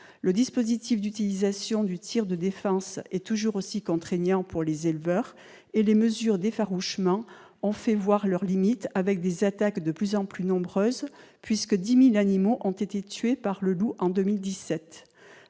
Le dispositif d'utilisation du tir de défense est toujours aussi contraignant pour les éleveurs et les mesures d'effarouchement ont montré leurs limites, avec des attaques de plus en plus nombreuses, puisque 10 000 animaux ont été tués par le loup en 2017